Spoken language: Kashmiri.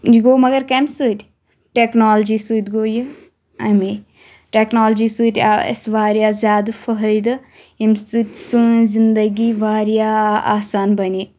یہِ گوٚو مَگَر کمہِ سۭتۍ ٹؠکنالوجِی سۭتۍ گوٚو یہِ امے ٹٮ۪کنالجِی سٟتۍ آو اَسہِ واریاہ زِیادٕ فٲیِدٕ ییٚمہِ سٟتۍ سٲنۍ زِنٛدگی واریا آسان بَنے